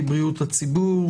הציבור.